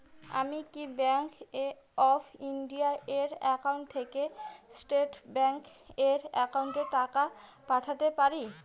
আমি কি Bank of India এর একাউন্ট থেকে স্টেট ব্যাংক এর একাউন্টে টাকা পাঠাতে পারি?